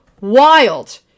wild